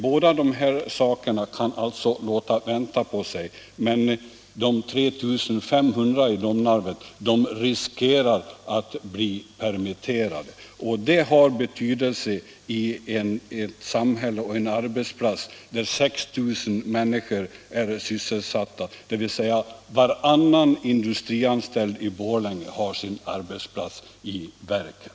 Båda dessa saker kan alltså låta vänta på sig, men de 3 500 i Domnarvet riskerar att bli permitterade. Det har betydelse i ett samhälle och på en arbetsplats där 6 000 människor är sysselsatta. Varannan industrianställd i Borlänge har alltså sin arbetsplats i verket.